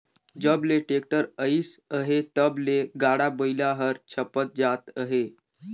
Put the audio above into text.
जब ले टेक्टर अइस अहे तब ले गाड़ा बइला हर छपत जात अहे